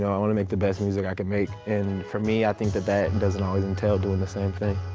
i want to make the best music i can make, and for me, i think that that doesn't always entail doing the same thing.